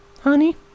Honey